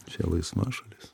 čia laisva šalis